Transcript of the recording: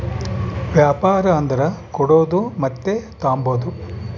ವ್ಯಾಪಾರ ಅಂದರ ಕೊಡೋದು ಮತ್ತೆ ತಾಂಬದು